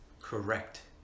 correct